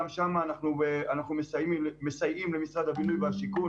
גם שם אנחנו מסייעים למשרד הבינוי והשיכון